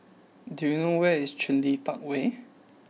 do you know where is Cluny Park Way